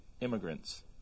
immigrants